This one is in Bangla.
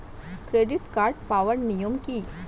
ক্রেডিট কার্ড পাওয়ার নিয়ম কী?